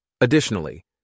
Additionally